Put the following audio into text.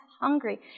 hungry